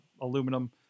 aluminum